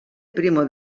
primo